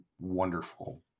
wonderful